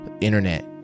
internet